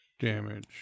damage